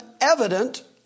evident